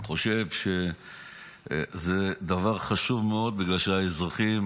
חושב שזה דבר חשוב מאוד, בגלל שהאזרחים